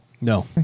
No